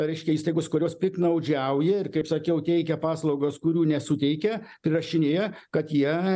reiškia įstaigos kurios piktnaudžiauja ir kaip sakiau teikia paslaugas kurių nesuteikia prirašinėja kad jie